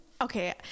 Okay